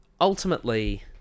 ultimately